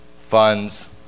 funds